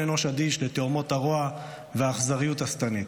אנוש אדיש לתהומות הרוע והאכזריות השטנית.